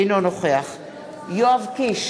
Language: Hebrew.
אינו נוכח יואב קיש,